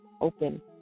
open